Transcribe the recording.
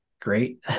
great